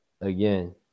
Again